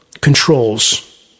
controls